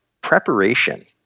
preparation